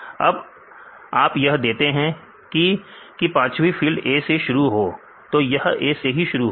अब आप यह देते हैं कि की पांचवी फील्ड A से शुरू हो तो यह A से ही शुरू होगी